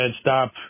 stop